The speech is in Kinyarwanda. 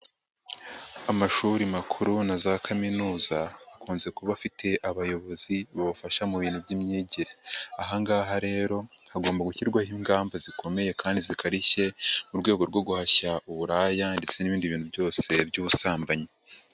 Amashuri makuru na za kaminuza akunze kuba afite abayobozi babafasha mu bintu by'imyigire, aha ngaha rero hagomba gushyirwaho ingamba zikomeye kandi zikarishye mu rwego rwo guhashya uburaya ndetse n'ibindi bintu byose by'ubusambanyi.